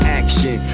action